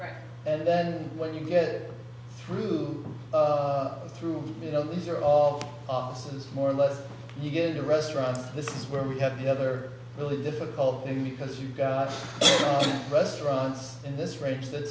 back and then when you get through through you know these are all offices more or less you get a restaurant this is where we have the other really difficult thing because you've got restaurants in this range that